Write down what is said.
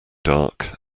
dark